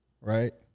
right